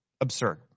Absurd